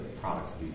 products